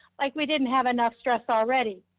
like we didn't have enough stress already.